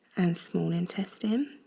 and small intestine.